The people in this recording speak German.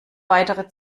weitere